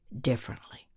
differently